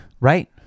right